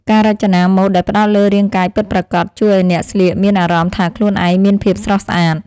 ការរចនាម៉ូដដែលផ្តោតលើរាងកាយពិតប្រាកដ ជួយឱ្យអ្នកស្លៀកមានអារម្មណ៍ថាខ្លួនឯងមានភាពស្រស់ស្អាត។